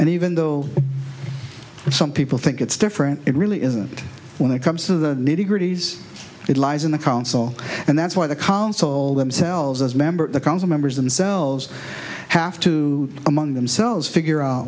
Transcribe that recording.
and even though some people think it's different it really isn't when it comes to the nitty gritty as it lies in the council and that's one of the console themselves as member of the council members themselves have to among themselves figure out